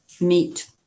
meet